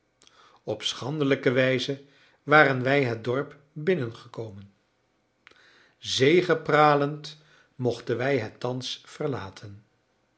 op schandelijke wijze waren wij het dorp binnengekomen zegepralend mochten wij het thans verlaten